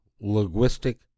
Linguistic